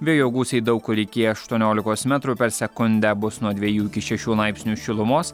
vėjo gūsiai daug kur iki aštuoniolikos metrų per sekundę bus nuo dvejų iki šešių laipsnių šilumos